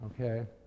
Okay